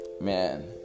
man